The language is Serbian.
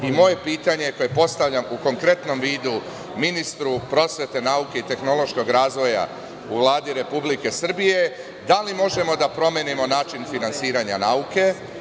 Moje pitanje koje postavljam u konkretnom vidu ministru prosvete, nauke i tehnološkog razvoja u Vladi Republike Srbije je – da li možemo da promenimo način finansiranja nauke?